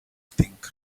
thing